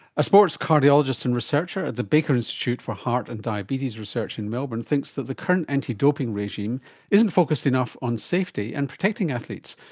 a sports cardiologist and researcher at the baker institute for heart and diabetes research in melbourne thinks that the current anti-doping regime isn't focused enough on safety and protecting athletes,